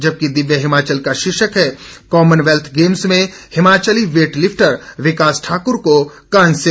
जबकि दिव्य हिमाचल का शीर्षक है कॉमनवेल्थ गेम्स में हिमाचली वेटलिफ्टर विकास ठाकुर को कांस्य